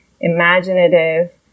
imaginative